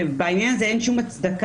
ובעניין הזה אין שום הצדקה,